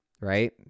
right